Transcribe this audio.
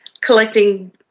collecting